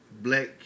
Black